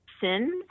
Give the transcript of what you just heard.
sin